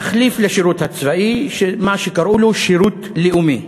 תחליף לשירות הצבאי של מה שקראו לו שירות לאומי.